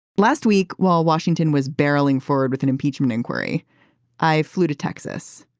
last week while washington was barreling forward with an impeachment inquiry i flew to texas